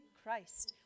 christ